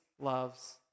loves